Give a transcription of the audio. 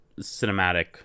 cinematic